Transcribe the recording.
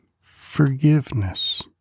forgiveness